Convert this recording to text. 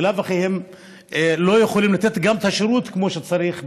בלאו הכי הם לא יכולים לתת את השירות כמו שצריך,